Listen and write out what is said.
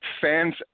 fans